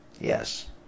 yes